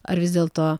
ar vis dėlto